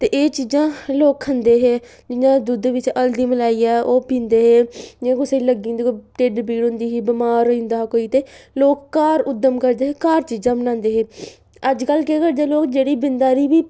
ते एह् चीजां लोग खंदे हे लोग इ'यां दुद्ध बिच्च हल्दी मलाइयै ओह् पींदे हे जि'यां कुसै गी लग्गी जंदी कोई ढिड्ढ पीड़ होंदी ही बमार होई जंदा हा कोई ते लोग घर उद्दम करदे हे घर चीजा बनांदे हे अजकल्ल केह् करदे लोग बिंद हारे बी